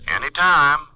Anytime